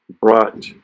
brought